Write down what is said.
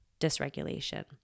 dysregulation